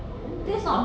mm